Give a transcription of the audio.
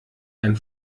ein